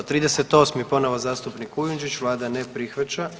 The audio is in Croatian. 40. ponovo zastupnik Kujundžić, Vlada ne prihvaća.